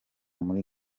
muri